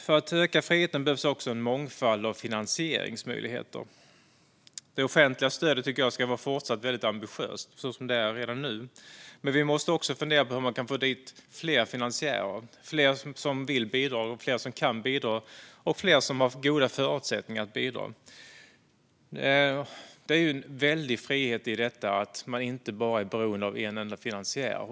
För att öka friheten behövs också en mångfald av finansieringsmöjligheter. Det offentliga stödet ska fortsätta att vara ambitiöst, så som det är redan nu, men vi måste också fundera över hur vi kan få fler finansiärer som vill, kan och har goda förutsättningar att bidra. Det är en stor frihet i att inte vara beroende av en enda finansiär.